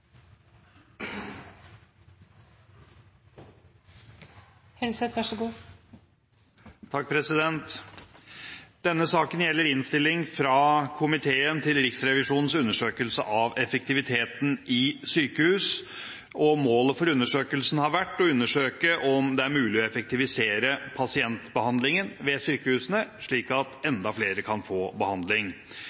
Denne saken gjelder innstilling fra komiteen til Riksrevisjonens undersøkelse av effektiviteten i sykehus. Målet for undersøkelsen har vært å undersøke om det er mulig å effektivisere pasientbehandlingen ved sykehusene, slik at enda flere kan få behandling.